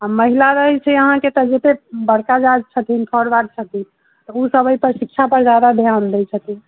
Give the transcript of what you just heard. आ महिला रहै छै अहाँके तऽ हेते बड़का जाति छथिन फोरवार्ड छथिन तऽ ओ सभ अइ पर शिक्षा पर जादा ध्यान दै छथिन